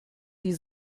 sie